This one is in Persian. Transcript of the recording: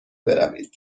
بروید